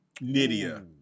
Nidia